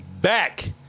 back